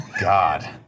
God